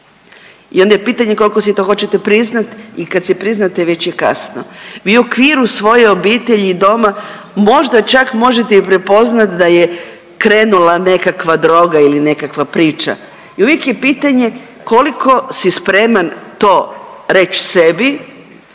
I onda je pitanje koliko si to hoćete priznat i kad si priznate već je kasno. Vi u okviru svoje obitelji i doma možda čak možete i prepoznat da je krenula nekakva droga ili nekakva priča. I uvijek je pitanje koliko si spreman to reći sebi,